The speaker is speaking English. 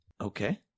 Okay